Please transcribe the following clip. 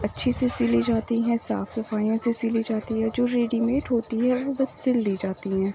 اچھی سے سلی جاتی ہیں صاف صفائیوں سے سلی جاتی ہیں جو ریڈی میٹ ہوتی ہے وہ بس سل دی جاتی ہیں